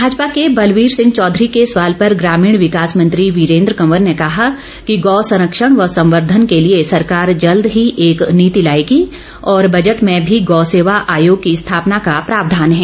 भाजपा के बलवीर सिंह चौधरी के सवाल पर ग्रामीण विकास मंत्री वीरेन्द्र कंवर ने कहा कि गौ संरक्षण व संवर्धन के लिए सरकार जल्द ही एक नीति लाएगी और बजट में भी गौ सेवा आयोग की स्थापना का प्रावधान है